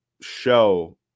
show –